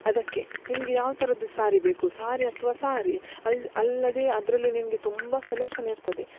ಅದಕ್ಕೆ ನಿನಗೆ ಯಾವ ಥರದ್ದು ಸಾರಿ ಬೇಕು ಸಾರಿ ಅಥ್ವಾ ಸಾರಿ ಅಲ್ಲಿ ಅಲ್ಲದೆ ಅದರಲ್ಲಿ ನಿನಗೆ ತುಂಬ ಸೆಲೆಕ್ಷನ್ ಇರ್ತದೆ